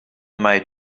made